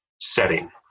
setting